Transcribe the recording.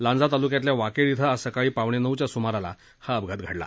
लांजा तालुक्यातल्या वाकेड इथं आज सकाळी पावणेनऊच्या सुमारास हा अपघात घडला